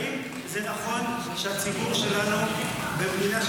האם זה נכון שהציבור שלנו במדינה,